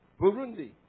Burundi